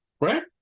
right